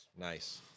Nice